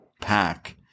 pack